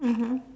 mmhmm